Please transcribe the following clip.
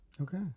Okay